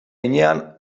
heinean